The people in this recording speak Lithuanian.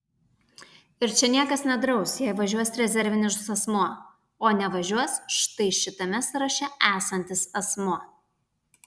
ir čia niekas nedraus jei važiuos rezervinis asmuo o nevažiuos štai šitame sąraše esantis asmuo